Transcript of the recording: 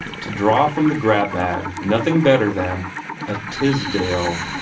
to draw from the grab-bag nothing better than a tisdale!